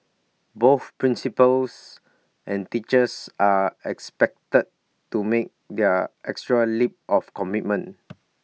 both principals and teachers are expected to make their extra leap of commitment